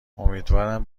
امیدوارم